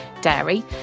Dairy